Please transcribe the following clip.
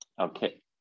Okay